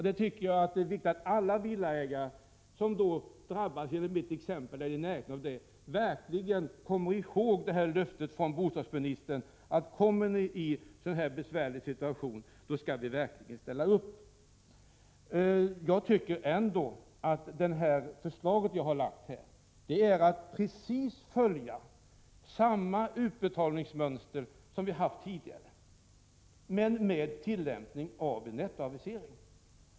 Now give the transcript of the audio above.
Det är viktigt att alla villaägare som drabbas så som jag beskrev i de exempel jag gav verkligen noterar detta löfte från bostadsministern: Om de hamnar i en sådan här besvärlig situation, då skall regeringen verkligen ställa upp för dem. Jag tycker ändå att det förslag jag har lagt fram innebär att man följer precis samma utbetalningsmönster som det vi har haft tidigare men med tillämpning av en nettoavisering.